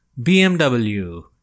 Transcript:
BMW